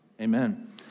Amen